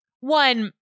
one